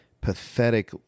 pathetic